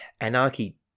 anarchy